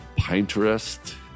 Pinterest